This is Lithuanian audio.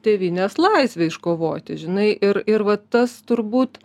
tėvynės laisvę iškovoti žinai ir ir va tas tur būt